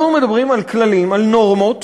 אנחנו מדברים על כללים, על נורמות